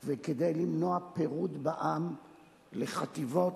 וכדי למנוע פירוד בעם לחטיבות,